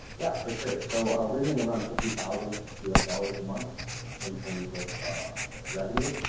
yeah, for sure. so we're doing around fifty thousand us dollars a month in terms of revenue,